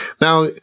Now